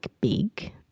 big